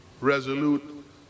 resolute